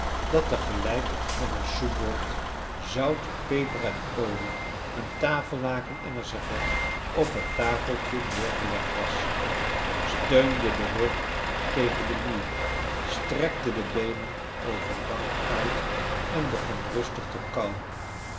dat te gelijk met een soepbord zout peper en olie een tafellaken en een servet op het tafeltje neergeiegd was steunde den rug tegen den muur strekte de beenen over de bank uit en begon rustig te kauwen